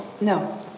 No